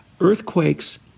Earthquakes